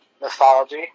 mythology